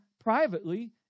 privately